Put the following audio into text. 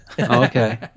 Okay